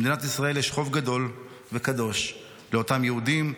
למדינת ישראל יש חוב גדול וקדוש לאותם יהודים,